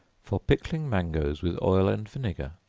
for pickling mangoes with oil and vinegar.